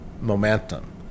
momentum